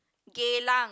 Geylang